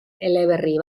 eleberri